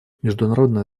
международное